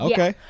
Okay